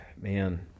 man